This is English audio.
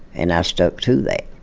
and i stuck to that.